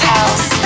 House